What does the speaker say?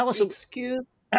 excuse